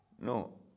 no